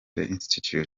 institute